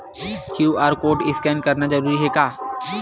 QR code scan करना जरूरी हे का?